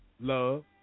love